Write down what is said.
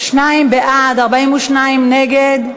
שניים בעד, 42 נגד,